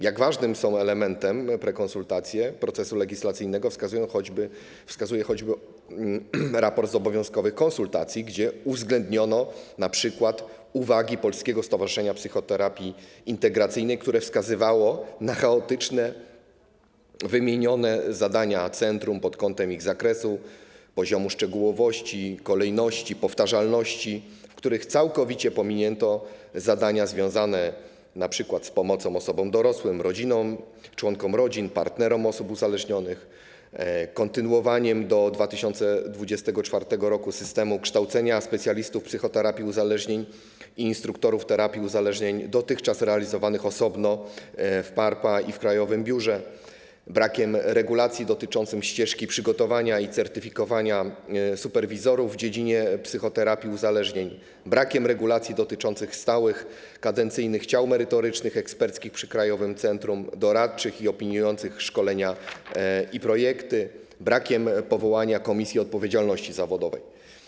Jak ważnym elementem są prekonsultacje procesu legislacyjnego, wskazuje choćby raport z obowiązkowych konsultacji, gdzie uwzględniono np. uwagi Polskiego Stowarzyszenia Psychoterapii Integracyjnej, które wskazywało na chaotycznie wymienione zadania centrum - pod kątem ich zakresu, poziomu szczegółowości, kolejności, powtarzalności - w których całkowicie pominięto zadania związane np. z: pomocą osobom dorosłym, rodzinom, członkom rodzin, partnerom osób uzależnionych; kontynuowaniem do 2024 r. systemu kształcenia specjalistów psychoterapii uzależnień i instruktorów terapii uzależnień dotychczas realizowanego osobno w PARPA i w krajowym biurze; brakiem regulacji dotyczących ścieżki przygotowania i certyfikowania superwizorów w dziedzinie psychoterapii uzależnień; brakiem regulacji dotyczących stałych kadencyjnych ciał merytorycznych, eksperckich przy krajowym centrum - doradczych i opiniujących szkolenia i projekty; brakiem powołania komisji odpowiedzialności zawodowej.